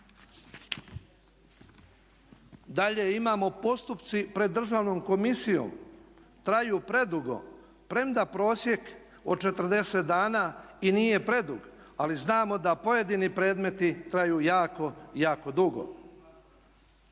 Dalje, imamo postupci pred državnom komisijom, traju predugo premda prosjek od 40 dana i nije predug ali znamo da pojedini predmeti traju jako, jako dugo.